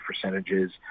percentages